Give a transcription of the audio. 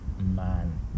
man